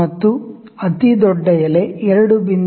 ಮತ್ತು ಅತಿದೊಡ್ಡ ಎಲೆ 2